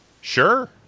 Sure